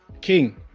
king